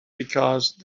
because